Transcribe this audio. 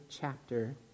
chapter